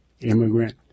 immigrant